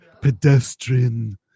pedestrian